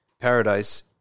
paradise